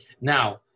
Now